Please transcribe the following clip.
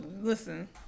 listen